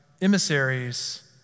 emissaries